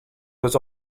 was